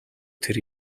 тэр